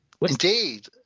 Indeed